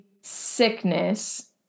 sickness